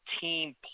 team